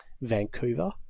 Vancouver